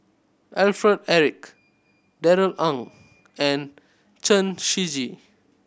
Alfred Eric Darrell Ang and Chen Shiji